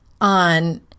on